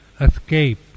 escape